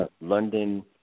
London